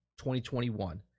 2021